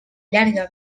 llarga